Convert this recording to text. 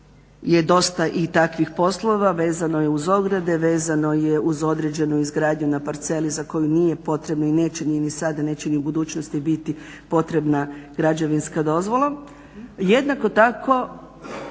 je dosta i takvih poslova. Vezano je uz ograde, vezano je uz određenu izgradnju na parceli za koju nije potrebno i neće, nije ni sad, neće ni u budućnosti biti potrebna građevinska dozvola. Jednako tako